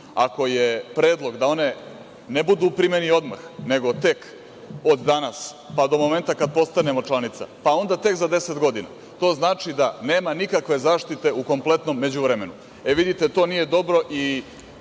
Ako je predlog da one ne budu u primeni odmah nego tek od danas pa do momenta kada postanemo članica, pa onda tek za deset godina, to znači da nema nikakve zaštite u kompletnom međuvremenu. Vidite, to nije dobro i